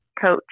coach